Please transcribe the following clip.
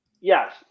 yes